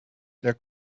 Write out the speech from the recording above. der